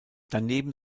daneben